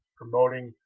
promoting